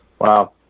Wow